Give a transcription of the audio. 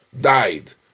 died